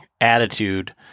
attitude